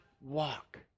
walk